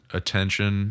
attention